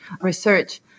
research